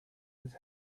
his